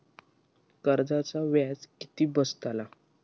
कर्जाचा व्याज किती बसतला?